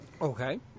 Okay